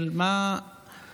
של מה התוכניות,